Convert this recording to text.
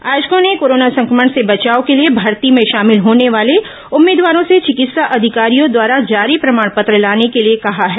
आयोजकों ने कोरोना संक्रमण से बचाव के लिए भर्ती में शामिल होने वाले उम्मीदवारों से चिकित्सा अधिकारियों द्वारा जारी प्रमाण पत्र लाने के लिए कहा है